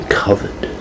covered